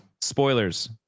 Spoilers